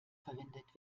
verwendet